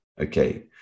Okay